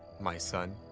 my son.